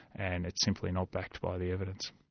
and it's simply not backed by the evidence.